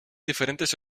diferentes